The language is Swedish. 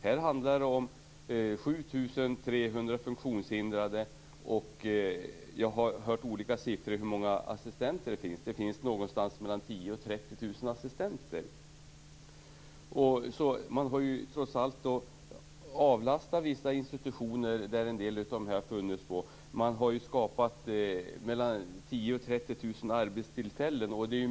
Det handlar om 7 300 funktionshindrade och det finns mellan 10 000 och 30 000 assistenter - jag har hört litet olika siffror. Trots allt har en del institutioner avlastats och det har skapats 10 000-30 000 arbetstillfällen.